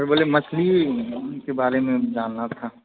sir मुझे मछली के बारे में जानना था